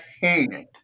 hand